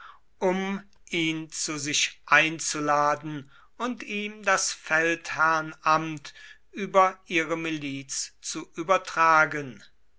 um ihn zu sich einzuladen und ihm das feldherrnamt über ihre miliz zu übertragen